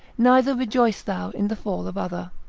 neither rejoice thou in the fall of other.